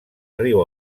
riu